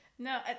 No